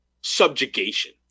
subjugation